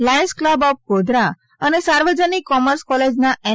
Lions Club of Godhra અને સાર્વજનીક commerce કોલેજના એન